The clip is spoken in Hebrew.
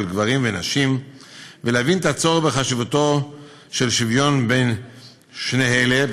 גברים ונשים ולהבין את הצורך בחשיבותו של שוויון בין שני אלה,